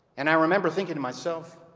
and i remember thinking to myself